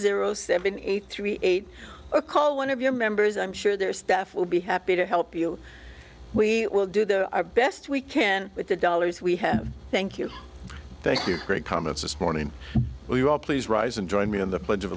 zero seven eight three eight zero call one of your members i'm sure their staff will be happy to help you we will do the best we can with the dollars we have thank you thank you great comments this morning will you all please rise and join me in the pledge of